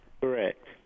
Correct